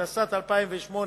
התשס"ט 2008,